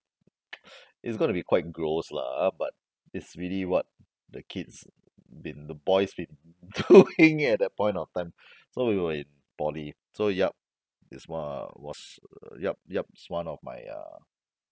it's gonna be quite gross lah ah but it's really what the kids been the boys been doing it at that point of time so we were in poly so yap is one was yap yap is one of my uh